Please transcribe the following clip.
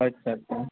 અચ્છા અચ્છા